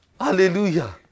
Hallelujah